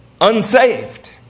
Unsaved